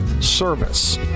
service